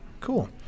Cool